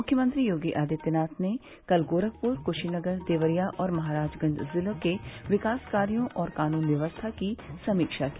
मुख्यमंत्री योगी आदित्यनाथ ने कल गोरखपुर कुशीनगर देवरिया और महराजगंज जिलों के विकास कार्यो और कानून व्यवस्था की समीक्षा की